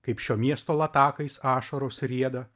kaip šio miesto latakais ašaros rieda